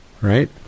Right